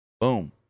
boom